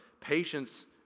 patience